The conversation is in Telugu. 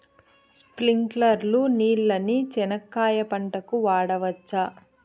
స్ప్రింక్లర్లు నీళ్ళని చెనక్కాయ పంట కు వాడవచ్చా?